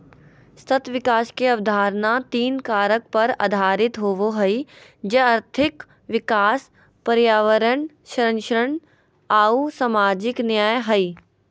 सतत विकास के अवधारणा तीन कारक पर आधारित होबो हइ, जे आर्थिक विकास, पर्यावरण संरक्षण आऊ सामाजिक न्याय हइ